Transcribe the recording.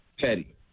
petty